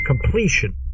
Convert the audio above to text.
completion